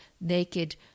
naked